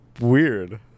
weird